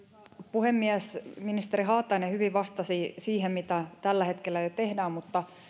puhemies ministeri haatainen hyvin vastasi siihen mitä tällä hetkellä jo tehdään mutta